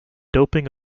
doping